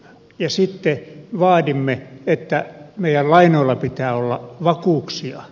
ja sitten vaadimme että meidän lainoilla pitää olla vakuuksia